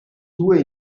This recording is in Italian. due